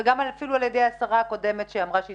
וגם על ידי השרה הקודמת שאמרה שהיא